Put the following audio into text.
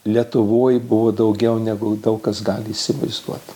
lietuvoj buvo daugiau negu daug kas gali įsivaizduoti